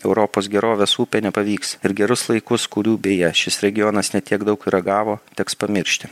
europos gerovės upę nepavyks ir gerus laikus kurių beje šis regionas ne tiek daug ragavo teks pamiršti